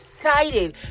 Excited